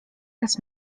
raz